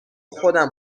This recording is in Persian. خودم